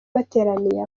bateraniye